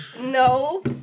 no